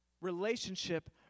Relationship